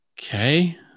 okay